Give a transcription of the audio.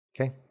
Okay